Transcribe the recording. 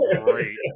great